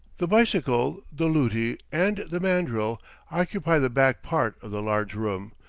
the bicycle, the luti, and the mandril occupy the back part of the large room,